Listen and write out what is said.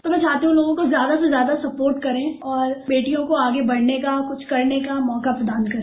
तो मै चाहती हूं कि ज्यादा से ज्यादा सपोर्ट करे और बेटियों को आगे बढने का कृष्ठ करने का मौका प्रदान करें